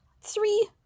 Three